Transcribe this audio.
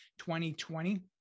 2020